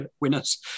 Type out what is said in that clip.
winners